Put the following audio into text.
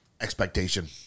expectation